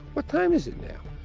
what time is it now?